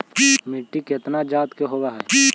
मिट्टी कितना जात के होब हय?